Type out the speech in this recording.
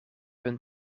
hun